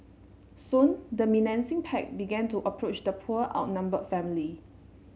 soon the menacing pack began to approach the poor outnumbered family